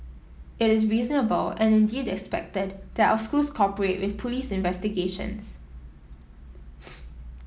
it is reasonable and indeed expected that our schools cooperate with police investigations